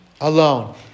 alone